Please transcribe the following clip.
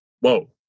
whoa